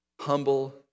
humble